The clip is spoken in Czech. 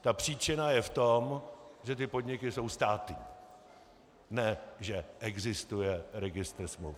Ta příčina je v tom, že ty podniky jsou státní, ne že existuje registr smluv.